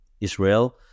israel